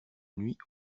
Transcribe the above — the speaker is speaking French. nuits